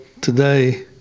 today